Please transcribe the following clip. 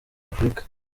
afurika